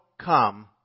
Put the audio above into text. come